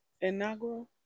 inaugural